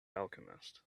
alchemist